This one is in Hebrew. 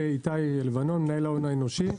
מנהל ההון האנושי.